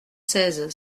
seize